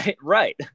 Right